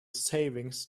savings